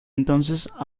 entonces